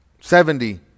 Seventy